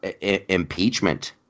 impeachment